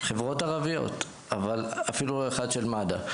חברות ערביות, אפילו לא אחד של מד"א.